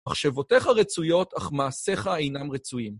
מחשבותיך רצויות, אך מעשיך אינם רצויים.